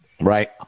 Right